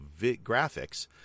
graphics